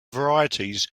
varieties